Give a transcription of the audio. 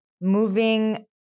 moving